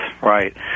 right